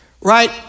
right